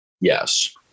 Yes